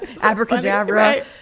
abracadabra